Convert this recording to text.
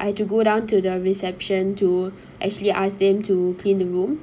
I had to go down to the reception to actually ask them to clean the room